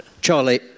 Charlie